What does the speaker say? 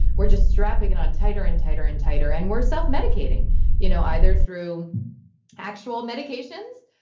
we're just strapping it on tighter and tighter and tighter. and we're self-medicating you know either through actual medications,